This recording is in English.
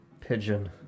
Pigeon